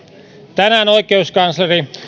tänään oikeuskansleri